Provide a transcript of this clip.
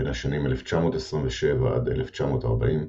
בין השנים 1927 עד 1940,